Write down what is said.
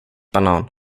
banan